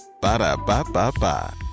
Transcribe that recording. Ba-da-ba-ba-ba